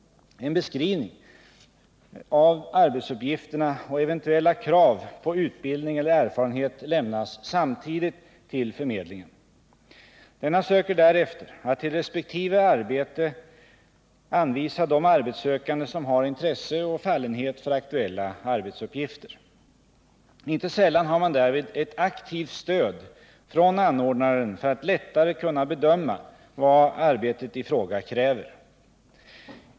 En beskrivning av arbetsuppgifterna och eventuella krav på utbildning eller erfarenhet lämnas samtidigt till förmedlingen: Denna söker därefter att till resp. arbete anvisa de arbetssökande som har intresse och fallenhet för aktuella arbetsuppgifter. Inte sällan har man därvid ett aktivt stöd från anordnaren för att lättare kunna bedöma vad arbetet i fråga kräver.